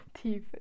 teeth